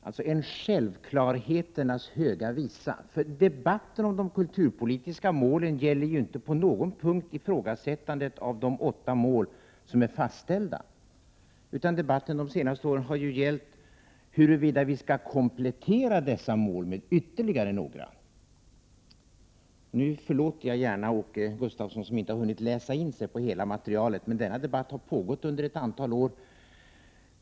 Det var en självklarheternas Höga visa, för debatten om de kulturpolitiska målen gäller ju inte på någon punkt ifrågasättandet av de åtta mål som är fastställda, utan debatten under de senaste åren har ju gällt huruvida vi skall komplettera dessa mål med ytterligare några. Nu förlåter jag gärna Åke Gustavsson, som inte har hunnit läsa in hela materialet. Men denna debatt har pågått under ett antal år.